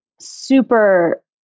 super